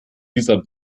dieser